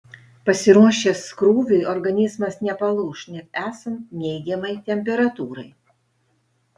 pasiruošęs krūviui organizmas nepalūš net esant neigiamai temperatūrai